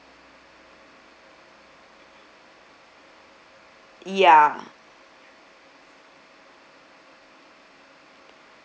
ya